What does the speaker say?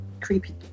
Creepy